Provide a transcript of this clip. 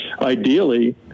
Ideally